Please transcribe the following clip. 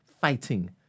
fighting